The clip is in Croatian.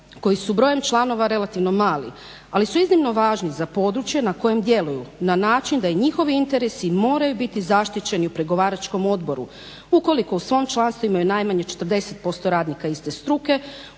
koji su brojem članova relativno mali ali su iznimno važni za područje na kojem djeluju, na način da i njihovi interesi moraju biti zaštićeni u pregovaračkom odboru ukoliko u svom članstvima imaju najmanje 40% radnika iste struke